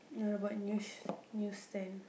no about English news stand